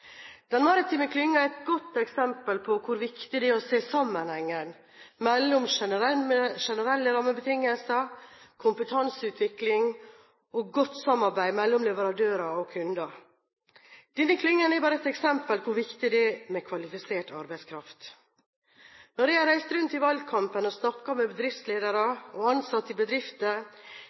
Den maritime klyngen er et godt eksempel på hvor viktig det er å se sammenhengen mellom generelle rammebetingelser, kompetanseutvikling og godt samarbeid mellom leverandører og kunder. Denne klyngen er bare ett eksempel på hvor viktig det er med kvalifisert arbeidskraft. Når jeg har reist rundt i valgkampen og snakket med bedriftsledere og ansatte i bedrifter,